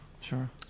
sure